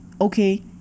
okay